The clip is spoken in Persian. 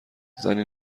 زنی